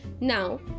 Now